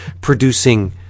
producing